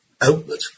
outlet